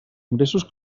ingressos